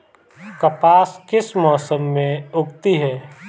कपास किस मौसम में उगती है?